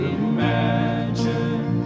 imagine